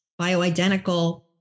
bioidentical